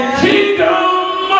kingdom